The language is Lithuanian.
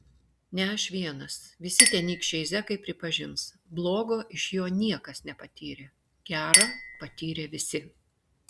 ne aš vienas visi tenykščiai zekai pripažins blogo iš jo niekas nepatyrė gera patyrė visi